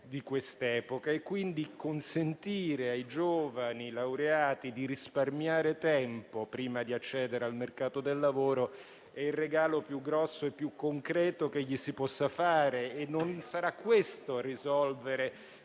di quest'epoca: consentire quindi ai giovani laureati di risparmiare tempo prima di accedere al mercato del lavoro è il regalo più grosso è più concreto che gli si possa fare. Non sarà questo a risolvere